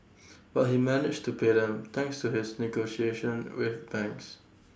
but he managed to pay them thanks to his negotiation with banks